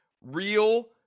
real